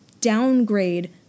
downgrade